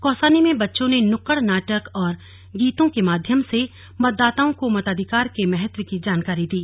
कौसानी में बच्चों ने नुक्कड़ नाटक और गीतों के माध्यम से मतदाताओं को मताधिकार के महत्व की जानकारी दी